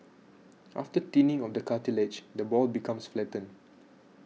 after thinning of the cartilage the ball becomes flattened